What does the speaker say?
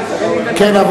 כן,